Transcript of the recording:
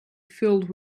filled